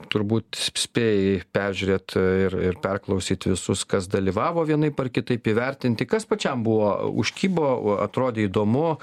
turbūt s spėjai peržiūrėt ir ir perklausyt visus kas dalyvavo vienaip ar kitaip įvertinti kas pačiam buvo užkibo atrodė įdomu